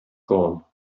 gone